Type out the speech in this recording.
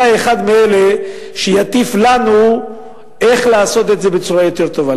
אתה אחד מאלה שיטיפו לנו איך לעשות את זה בצורה יותר טובה.